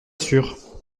sûr